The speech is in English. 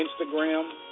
Instagram